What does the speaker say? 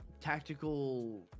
tactical